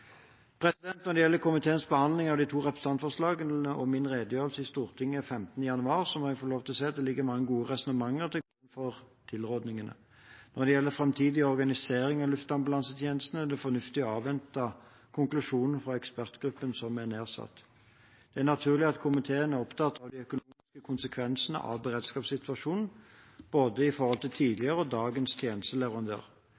Når det gjelder komiteens behandling av de to representantforslagene og min redegjørelse i Stortinget 15. januar, så må jeg få lov å si at det ligger mange gode resonnementer til grunn for tilrådningene. Når det gjelder framtidig organisering av luftambulansetjenesten, er det fornuftig å avvente konklusjonene fra ekspertgruppen som er nedsatt. Det er naturlig at komiteen er opptatt av de økonomiske konsekvensene av beredskapsreduksjonen, i forhold til